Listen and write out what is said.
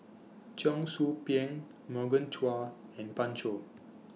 Cheong Soo Pieng Morgan Chua and Pan Shou